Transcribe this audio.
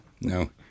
no